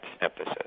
emphasis